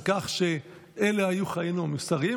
על כך שאלה היו חיינו המוסריים.